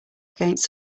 against